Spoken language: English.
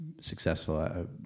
successful